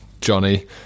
Johnny